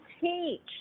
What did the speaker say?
teach